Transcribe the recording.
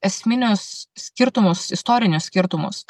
esminius skirtumus istorinius skirtumus